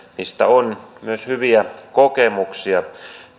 niistä on myös hyviä kokemuksia